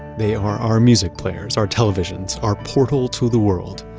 they are our music players, our televisions, our portal to the world,